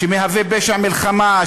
שמהווה פשע מלחמה,